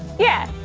yeah.